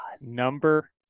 Number